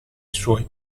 suoi